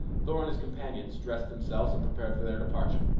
thor and his companions dressed themselves and prepared for their departure.